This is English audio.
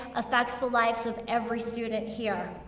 affects the lives of every student here.